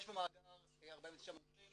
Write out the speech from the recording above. יש במאגר 49 מומחים.